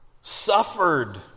suffered